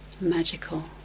magical